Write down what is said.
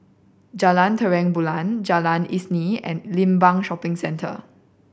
Jalan Terang Bulan Jalan Isnin and Limbang Shopping Centre